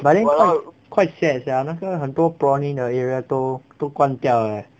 but then quite quite sad sia 那个很多 prawning 的 area 都都关掉 leh